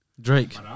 Drake